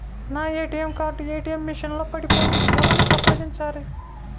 నా ATM card ATM machine లో పడిపోయింది ఎవరిని సంప్రదించాలి?